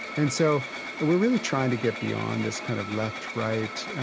and so we're really trying to get beyond this kind of left-right.